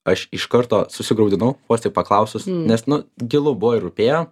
aš iš karto susigraudinau vos tik paklausus nes nu gilu buvo ir rūpėjo